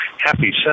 Happy